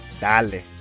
Dale